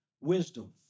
Wisdom